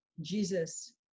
Jesus